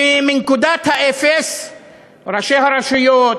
ומנקודת האפס ראשי הרשויות,